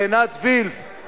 עינת וילף,